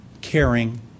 caring